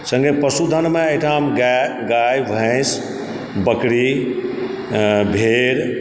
सङ्गे पशुधनमे एहिठाम गाय गाय भैंस बकरी भेड़